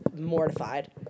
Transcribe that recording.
mortified